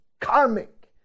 karmic